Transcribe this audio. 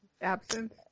Absence